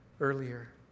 earlier